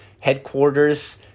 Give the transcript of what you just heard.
headquarters